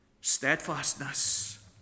steadfastness